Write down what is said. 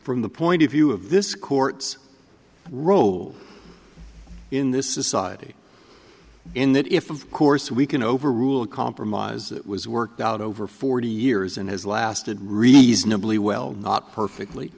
from the point of view of this court's role in this society in that if of course we can overrule a compromise that was worked out over forty years and has lasted reasonably well not perfectly